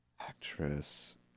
Actress